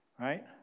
Right